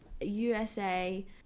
usa